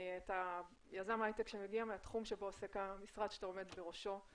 אתה יזם הייטק שמגיע מהתחום שבו עוסק המשרד שאתה עומד בראשו,